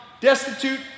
destitute